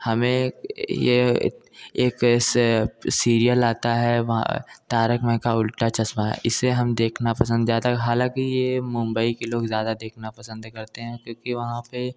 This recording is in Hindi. हमें ये ये एक ऐसा सीरियल आता है वहाँ तारक मेहता का उलटा चश्मा है इसे हम देखना पसंद ज़्यादा हालांकि ये मुम्बई के लोग ज़्यादा देखना पसंद करते हैं क्योंकि वहाँ पर